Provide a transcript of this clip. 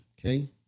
okay